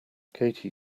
katie